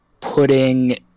putting